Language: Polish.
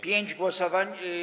Pięć głosowań.